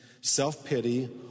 self-pity